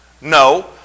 No